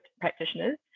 practitioners